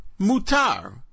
mutar